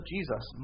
Jesus